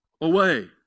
away